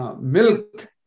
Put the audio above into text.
milk